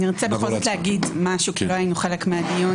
נרצה בכל זאת להגיד משהו כי לא היינו חלק מהדיון.